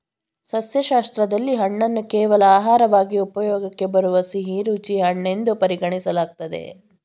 ಸಸ್ಯಶಾಸ್ತ್ರದಲ್ಲಿ ಹಣ್ಣನ್ನು ಕೇವಲ ಆಹಾರವಾಗಿ ಉಪಯೋಗಕ್ಕೆ ಬರುವ ಸಿಹಿರುಚಿ ಹಣ್ಣೆನ್ದು ಪರಿಗಣಿಸಲಾಗ್ತದೆ